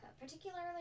particularly